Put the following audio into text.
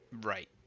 Right